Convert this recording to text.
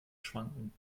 schwanken